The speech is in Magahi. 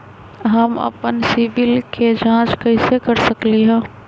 हम अपन सिबिल के जाँच कइसे कर सकली ह?